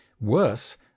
Worse